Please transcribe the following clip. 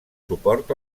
suport